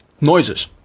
noises